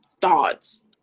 thoughts